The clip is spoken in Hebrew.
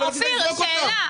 רגע, אופיר, שאלה.